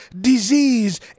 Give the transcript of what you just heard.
disease